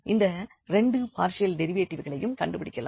இந்த 2 பார்ஷியல் டெரிவேட்டிவ்களையும் கண்டுபிடிக்கலாம்